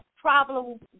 problem